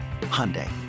Hyundai